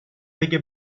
بگه